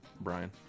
Brian